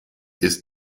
ist